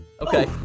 Okay